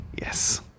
Yes